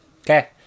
Okay